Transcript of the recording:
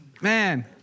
Man